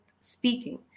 speaking